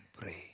pray